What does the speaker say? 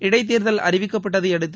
இடைத்தேர்தல் அறிவிக்கப்பட்தை அடுத்து